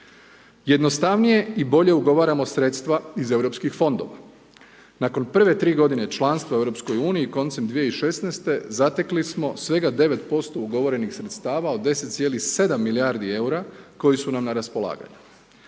Jednostavnije i bolje ugovaramo sredstva iz EU fondova. Nakon prve tri godine članstva u EU koncem 2016. zatekli smo svega 9% ugovorenih sredstava od 10,7 milijardi eura koji su nam na raspolaganju.